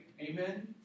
Amen